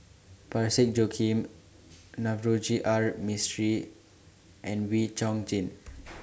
Parsick Joaquim Navroji R Mistri and Wee Chong Jin